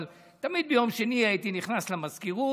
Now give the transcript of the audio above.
אבל תמיד ביום שני הייתי נכנס למזכירות,